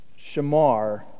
shamar